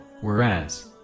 whereas